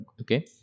Okay